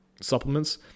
supplements